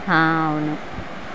అవును